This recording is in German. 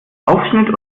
aufschnitt